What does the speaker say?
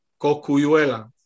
Cocuyuela